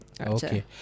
Okay